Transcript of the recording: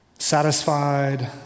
Satisfied